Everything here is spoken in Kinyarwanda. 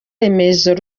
remezo